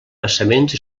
vessaments